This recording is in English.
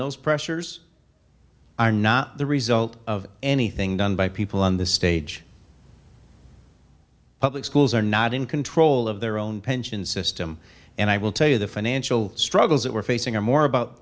those pressures are not the result of anything done by people on the stage public schools are not in control of their own pension system and i will tell you the financial struggles that we're facing are more about